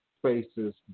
spaces